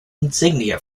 insignia